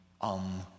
on